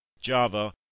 Java